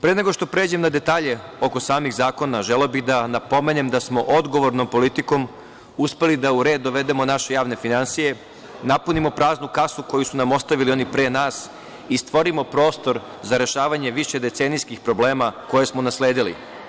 Pre nego što pređem na detalje oko samih zakona, želeo bih da napomenem da smo odgovornom politikom uspeli da u red dovedemo naše javne finansije, napunimo praznu kasu, koju su nam ostavili oni pre nas i stvorimo prostor za rešavanje višedecenijskih problema koje smo nasledili.